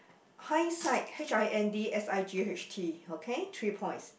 hindsight H I N D S I G H T okay three points